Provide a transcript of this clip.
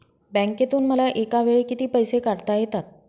बँकेतून मला एकावेळी किती पैसे काढता येतात?